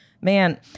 man